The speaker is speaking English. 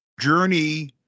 journey